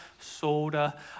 soda